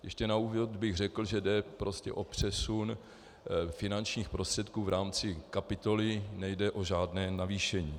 Ještě na úvod bych řekl, že jde o přesun finančních prostředků v rámci kapitoly, nejde o žádné navýšení.